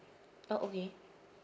oh okay